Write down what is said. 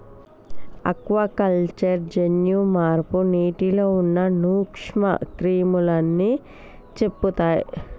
aquaculture జన్యు మార్పు నీటిలో ఉన్న నూక్ష్మ క్రిములని చెపుతయ్